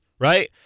Right